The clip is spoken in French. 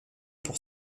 pour